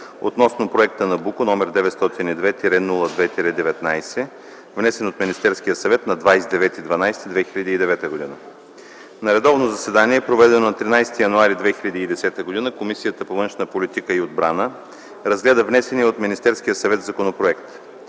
относно проекта „Набуко”, № 902-02-19, внесен от ,Министерския съвет на 29 декември 2009 г. На редовно заседание, проведено на 13 януари 2010 г., Комисията по външна политика и отбрана разгледа внесения от Министерския съвет законопроект.